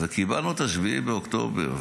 וקיבלנו את 7 באוקטובר.